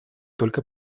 только